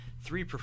three